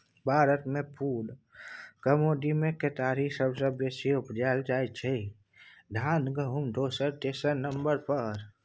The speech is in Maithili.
भारतमे फुड कमोडिटीमे केतारी सबसँ बेसी उपजाएल जाइ छै धान गहुँम दोसर तेसर नंबर पर